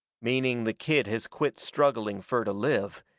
meaning the kid has quit struggling fur to live,